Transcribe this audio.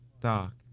dark